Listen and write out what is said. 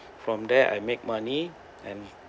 from there I make money and